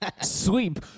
Sweep